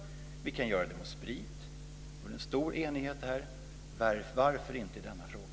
Vi kan göra det i fråga om sprit. Det råder stor enighet där. Varför inte i denna fråga?